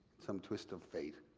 some twist of fate,